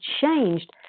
changed